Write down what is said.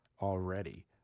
already